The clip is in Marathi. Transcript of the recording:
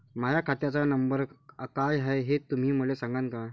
माह्या खात्याचा नंबर काय हाय हे तुम्ही मले सागांन का?